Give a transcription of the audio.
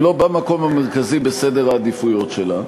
אם לא במקום המרכזי בסדר העדיפויות שלה.